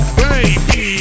baby